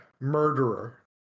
Murderer